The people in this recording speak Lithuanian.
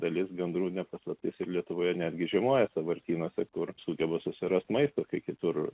dalis gandrų ne paslaptis ir lietuvoje netgi žiemoja sąvartynuose kur sugeba susirast maisto kai kitur